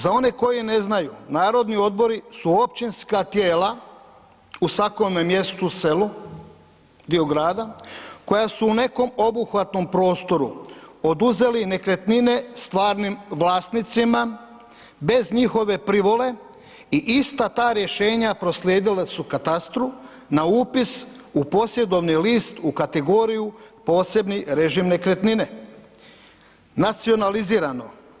Za one koji ne znaju, Narodni odbori su općinska tijela u svakome mjestu, selu, dio grada, koja su u nekom obuhvatnom prostoru oduzeli nekretnine stvarnim vlasnicima bez njihove privole i ista ta rješenja proslijedila su katastru na upis u posjedovni list u kategoriju „posebni režim nekretnine, nacionalizirano“